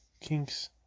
Kinks